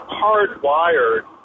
hardwired